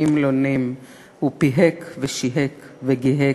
נים-לא-נים / הוא פיהק ושיהק וגיהק,